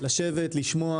שירצה לשבת ולשמוע,